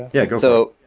yeah, go so